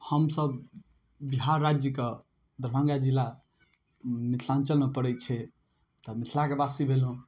हमसभ बिहार राज्यके दरभंगा जिला मिथिलाञ्चलमे पड़ै छै तऽ मिथिलाके वासी भेलहुँ